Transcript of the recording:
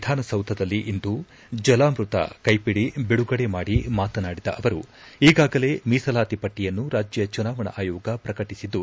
ವಿಧಾನಸೌಧದಲ್ಲಿಂದು ಜಲಾಮೃತ ಕೈಪಿಡಿ ಬಿಡುಗಡೆ ಮಾಡಿ ಮಾತನಾಡಿದ ಅವರು ಈಗಾಗಲೇ ಮೀಸಲಾತಿ ಪಟ್ಟಯನ್ನು ರಾಜ್ಯ ಚುನಾವಣಾ ಆಯೋಗ ಪ್ರಕಟಿಸಿದ್ದು